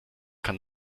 kann